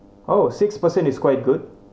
oh six percent is quite good